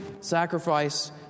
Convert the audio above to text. sacrifice